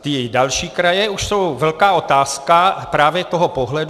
Ty další kraje už jsou velká otázka právě toho pohledu.